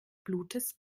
blutes